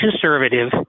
conservative